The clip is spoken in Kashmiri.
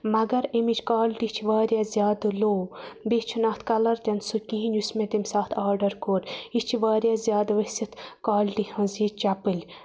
مگر امچ کالٹی چھِ واریاہ زیادٕ لو بیٚیہِ چھُنہٕ اتھ کَلَر تِنہٕ سُہ کِہیٖنۍ یُس مےٚ تمہِ ساتہٕ آرڈَر کوٚر یہِ چھِ واریاہ زیادٕ ؤسِتھ کالٹی ہٕنٛز یہِ چَپٕلۍ